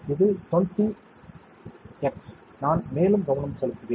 இது 20x நான் மேலும் கவனம் செலுத்துவேன்